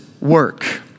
work